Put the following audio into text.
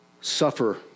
suffer